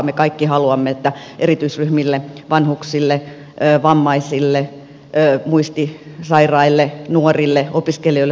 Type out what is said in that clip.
me kaikki haluamme että erityisryhmille vanhuksille vammaisille muistisairaille nuorille opiskelijoille syntyy koteja